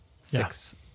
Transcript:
Six